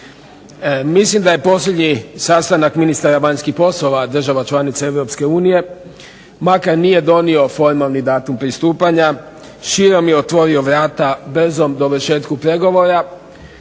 Mislim da je posljednji sastanak Ministara vanjskih poslova država članica EU, makar nije donio formalni datum pristupanja, širom je otvorio vrata brzom dovršetku pregovora.